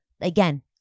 Again